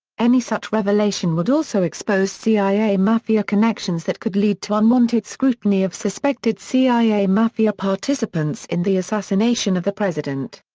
any such revelation would also expose cia mafia connections that could lead to unwanted scrutiny of suspected cia mafia participants in the assassination of the president.